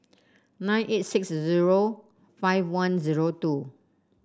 nine eight six zero five one zero two